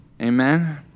Amen